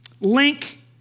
link